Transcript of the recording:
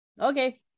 Okay